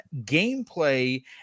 gameplay